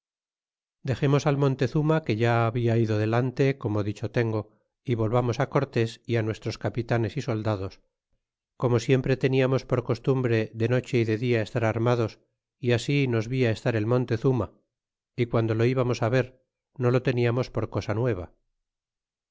dexemos al montezuma que ya habia ido adelante como dicho tengo y volvamos á cortés y nuestros capitanes y soldados como siempre teniamos por costumbre de noche y de dia estar armados y así nos via estar el montezurna y guando lo íbamos ver no lo teniamos por cosa nueva